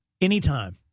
anytime